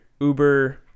Uber